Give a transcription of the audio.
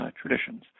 Traditions